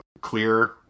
clear